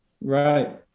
Right